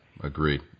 Agreed